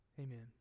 Amen